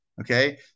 okay